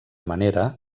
manera